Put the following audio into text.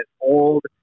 old